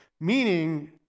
meaning